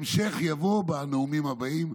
המשך יבוא בנאומים הבאים.